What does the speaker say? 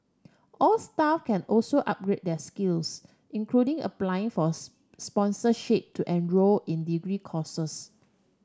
all staff can also upgrade their skills including applying for sponsorship to enroll in degree courses